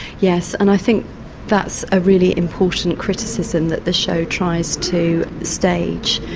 yes, and i think that's a really important criticism that the show tries to stage.